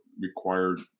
required